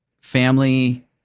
family